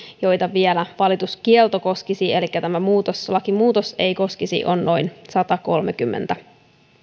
joita vielä valituskielto koskisi elikkä tämä lakimuutos ei koskisi on noin satakolmekymmentä